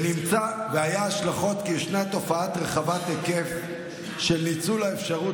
נמצא כי ישנה תופעה רחבת היקף של ניצול האפשרות